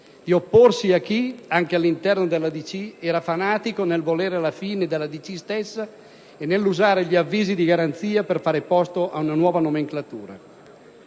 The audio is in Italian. di opporsi a chi, anche all'interno della DC, era fanatico nel volere la fine della DC stessa e nell'usare gli avvisi di garanzia per fare posto a una nuova nomenclatura.